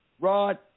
Rod